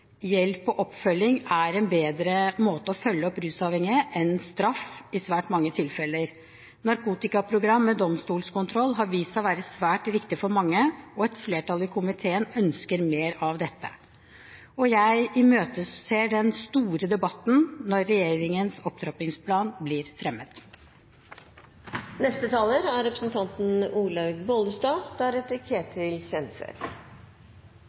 oppfølging er en bedre måte å følge opp rusavhengige på, enn straff i svært mange tilfeller. Narkotikaprogram med domstolskontroll har vist seg å være svært riktig for mange, og et flertall i komiteen ønsker mer av dette. Jeg imøteser den store debatten når regjeringens opptrappingsplan blir